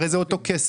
הרי זה אותו כסף.